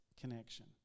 connection